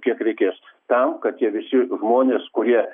kiek reikės tam kad tie visi žmonės kurie